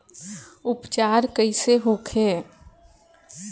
उपचार कईसे होखे?